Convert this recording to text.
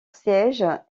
siège